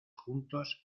juntos